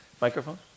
Microphone